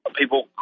people